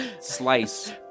slice